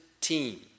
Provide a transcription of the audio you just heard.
team